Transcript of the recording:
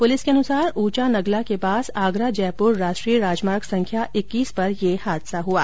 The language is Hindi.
पुलिस के अनुसार ऊंचा नगला के पास आगरा जयपुर राष्ट्रीय राजमार्ग संख्या इक्कीस पर यह हादसा हुओ